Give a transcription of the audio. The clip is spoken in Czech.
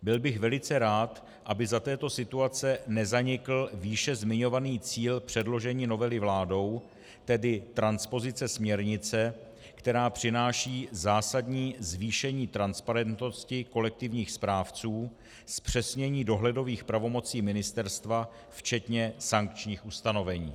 Byl bych velice rád, aby za této situace nezanikl výše zmiňovaný cíl předložení novely vládou, tedy transpozice směrnice, která přináší zásadní zvýšení transparentnosti kolektivních správců, zpřesnění dohledových pravomocí ministerstva včetně sankčních ustanovení.